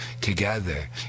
together